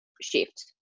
shift